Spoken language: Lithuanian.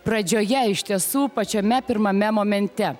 pradžioje iš tiesų pačiame pirmame momente